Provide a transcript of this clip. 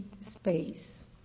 space